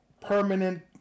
permanent